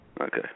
Okay